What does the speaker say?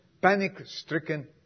panic-stricken